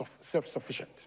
self-sufficient